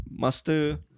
master